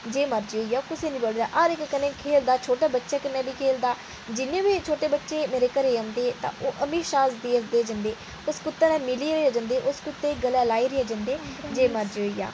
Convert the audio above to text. जे मर्जी होई जा कदें नीं बढदा हर कुसै कन्नै खेलदा छोटे बच्चें कन्नै बी खेलदा जिन्ने बी छोटे बच्चे मेरे घरै गी औंदे हमेशा हसदे हसदे गै जंदे उस कुत्तै गी मिलियै गै जंदे गले लाइयै गै जंदे